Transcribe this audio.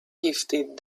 gifted